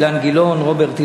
גפני, בבקשה.